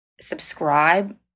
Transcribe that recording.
subscribe